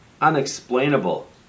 unexplainable